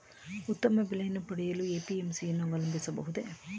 ಉತ್ತಮ ಬೆಲೆಯನ್ನು ಪಡೆಯಲು ಎ.ಪಿ.ಎಂ.ಸಿ ಯನ್ನು ಅವಲಂಬಿಸಬಹುದೇ?